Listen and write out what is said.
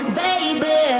baby